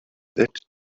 that